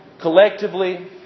collectively